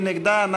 מי נגדה?